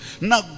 Now